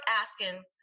asking